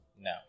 No